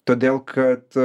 todėl kad